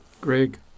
Greg